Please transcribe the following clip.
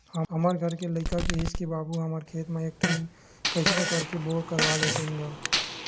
हमर घर के लइका किहिस के बाबू हमर खेत म एक ठन कइसनो करके बोर करवा लेतेन गा